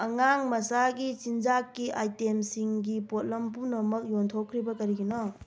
ꯑꯉꯥꯡ ꯃꯆꯥꯒꯤ ꯆꯤꯟꯖꯥꯛꯀꯤ ꯑꯥꯏꯇꯦꯝꯁꯤꯡꯒꯤ ꯄꯣꯠꯂꯝ ꯄꯨꯝꯅꯃꯛ ꯌꯣꯟꯊꯣꯛꯈ꯭ꯔꯤꯕ ꯀꯔꯤꯒꯤꯅꯣ